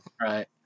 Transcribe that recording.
right